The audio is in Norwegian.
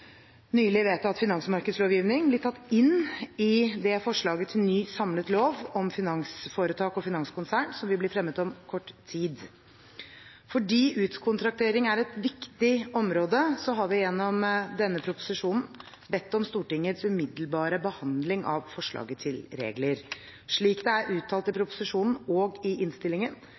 nylig vedtatt finansmarkedslovgivning, bli tatt inn i det forslaget til ny samlet lov om finansforetak og finanskonsern som vil bli fremmet om kort tid. Fordi utkontraktering er et viktig område, har vi gjennom denne proposisjonen bedt om Stortingets umiddelbare behandling av forslaget til regler. Slik det er uttalt i proposisjonen og i innstillingen,